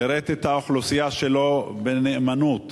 שירת את האוכלוסייה שלו בנאמנות,